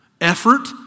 Effort